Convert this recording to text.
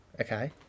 Okay